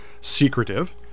secretive